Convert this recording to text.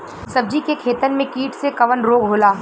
सब्जी के खेतन में कीट से कवन रोग होला?